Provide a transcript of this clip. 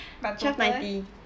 but total eh